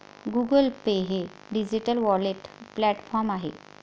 Google Pay हे digital wallet platform आहे